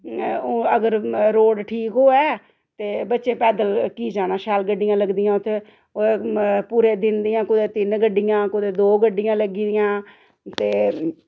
अगर रोड ठीक होऐ ते बच्चे पैदल की जाना शैल गड्डियां लगदियां उत्थें पूरे दिन दियां कुदै तिन गड्डियां कुदै दो गड्डियां लग्गी दियां ते